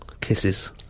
kisses